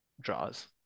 draws